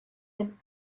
him